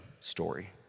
story